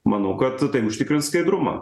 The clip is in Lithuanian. manau kad tai užtikrins skaidrumą